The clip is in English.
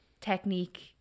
technique